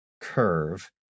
curve